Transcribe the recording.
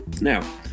Now